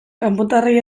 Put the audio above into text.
kanpotarrei